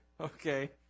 Okay